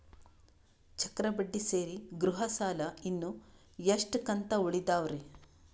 ಚಕ್ರ ಬಡ್ಡಿ ಸೇರಿ ಗೃಹ ಸಾಲ ಇನ್ನು ಎಷ್ಟ ಕಂತ ಉಳಿದಾವರಿ?